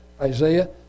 Isaiah